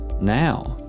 now